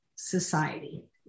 society